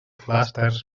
clústers